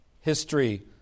history